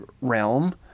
realm